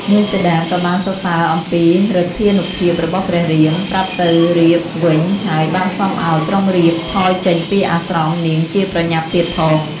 នាងសីតាក៏បានសរសើរអំពីឫទ្ធានុភាពរបស់ព្រះរាម ប្រាប់ទៅរាពណ៍វិញ ហើយបានសុំឱ្យ ក្រុងរាពណ៍ថយចេញពីអាស្រមនាងជាប្រញាប់ទៀតផង។